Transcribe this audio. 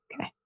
Okay